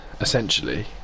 essentially